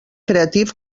creative